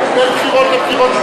לבחירות,